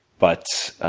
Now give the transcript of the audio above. but,